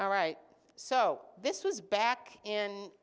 all right so this was back in